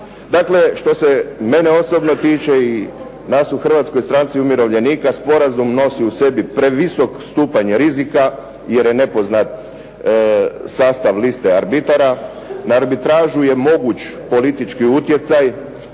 Dakle, što se mene osobno tiče i nas u Hrvatskoj stranci umirovljenika sporazum nosi u sebi previsok stupanj rizika jer je nepoznat sastav liste arbitara. Na arbitražu je moguć politički utjecaj,